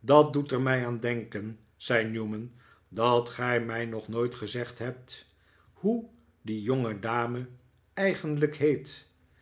dat doet er mij aan denken zei newman dat gij mij nog nooit gezegd hebt hoe die jongedame eigenlijk heet